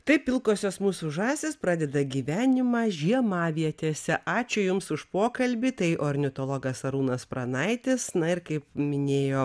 taip pilkosios mūsų žąsys pradeda gyvenimą žiemavietėse ačiū jums už pokalbį tai ornitologas arūnas pranaitis na ir kaip minėjo